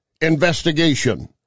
investigation